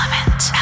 Element